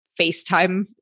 FaceTime